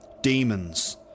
demons